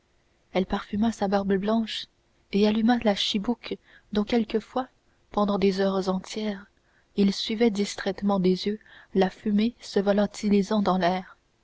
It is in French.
elle parfuma sa barbe blanche et alluma la chibouque dont quelquefois pendant des heures entières il suivait distraitement des yeux la fumée se volatilisant dans l'air